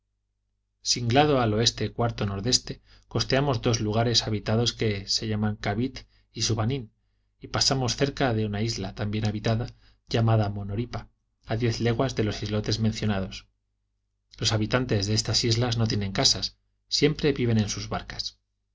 monoripa singlando al oeste cuarto nordeste costeamos dos lugares habitados que se llaman cavit y subanín y pasamos cerca de una isla también habitada llamada monoripa a diez leguas de los islotes mencionados los habitantes de esta isla no tienen casas viven siempre en sus barcas